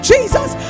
Jesus